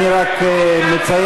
אני רק מציין,